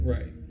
Right